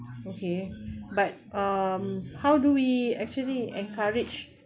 okay but um how do we actually encourage